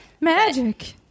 Magic